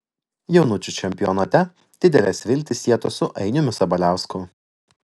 jaunučių čempionate didelės viltys sietos su ainiumi sabaliausku